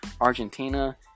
Argentina